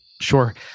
Sure